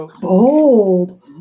bold